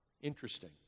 Interesting